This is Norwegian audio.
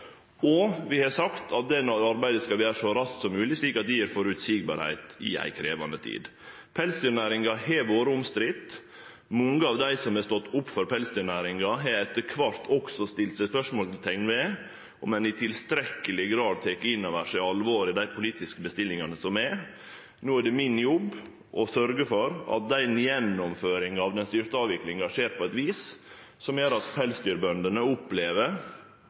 og vi har sagt at det arbeidet skal skje så raskt som mogleg, slik at det gjev føreseielege vilkår i ei krevjande tid. Pelsdyrnæringa har vore omstridd. Mange av dei som har stått opp for pelsdyrnæringa, har etter kvart også sett spørsmålsteikn ved om ein i tilstrekkeleg grad har teke inn over seg alvoret i dei politiske bestillingane som er gjevne. No er det min jobb å sørgje for at gjennomføringa av den styrte avviklinga skjer på eit vis som gjer at pelsdyrbøndene opplever